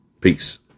Peace